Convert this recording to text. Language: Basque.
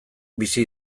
bizi